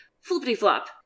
flippity-flop